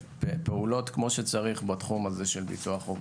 בפעולות כמו שצריך בתחום הזה של ביטוח חובה.